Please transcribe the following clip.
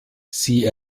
sie